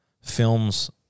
films